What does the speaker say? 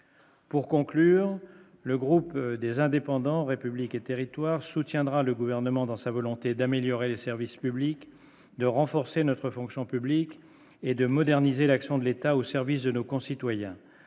Pour conclure, le groupe des Indépendants républiques et territoires soutiendra le gouvernement dans sa volonté d'améliorer les services publics, de renforcer notre fonction publique et de moderniser l'action de l'État au service de nos concitoyens,